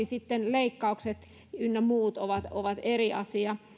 sitten leikkaukset ynnä muut ovat ovat eri asia